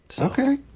Okay